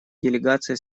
делегация